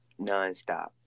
nonstop